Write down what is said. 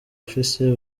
afise